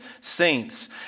saints